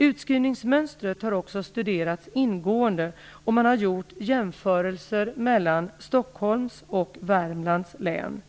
Utskrivningsmönstret har också studerats ingående, och man har gjort jämförelser mellan Stockholms och Värmlands län.